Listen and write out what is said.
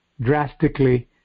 drastically